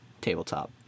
Tabletop